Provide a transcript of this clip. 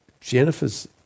Jennifer's